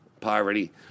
poverty